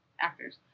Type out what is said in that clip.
actors